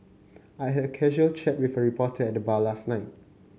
I had a casual chat with a reporter at the bar last night